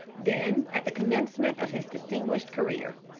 then at the commencement of his distinguished career.